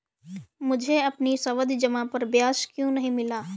मुझे अपनी सावधि जमा पर ब्याज क्यो नहीं मिला?